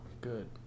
Good